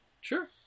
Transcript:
Sure